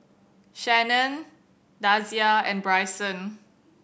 Shanon Dasia and Bryson